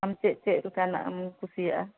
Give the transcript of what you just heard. ᱟᱢ ᱪᱮᱫ ᱪᱮᱫ ᱞᱮᱠᱟᱱᱟᱜ ᱮᱢ ᱠᱩᱥᱤᱭᱟᱜᱼᱟ